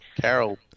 Carol